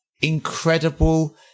incredible